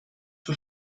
for